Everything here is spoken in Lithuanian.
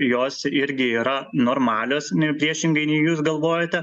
jos irgi yra normalios ne priešingai nei jūs galvojate